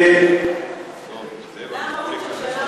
זה המהות של שאלה